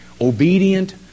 obedient